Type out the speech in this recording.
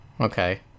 okay